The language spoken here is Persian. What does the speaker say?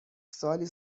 سالی